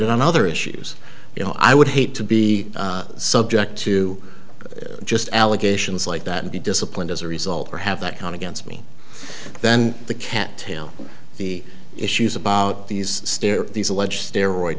ed on other issues you know i would hate to be subject to just allegations like that and be disciplined as a result or have that count against me then the can't tell the issues about these stare these alleged steroids